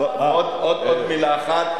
עוד מלה אחת.